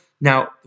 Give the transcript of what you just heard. now